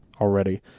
already